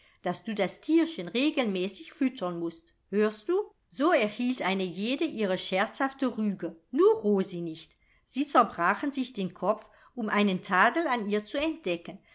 daß du das tierchen regelmäßig füttern mußt hörst du so erhielt eine jede ihre scherzhafte rüge nur rosi nicht sie zerbrachen sich den kopf um einen tadel an ihr zu entdecken